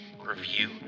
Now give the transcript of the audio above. review